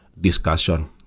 discussion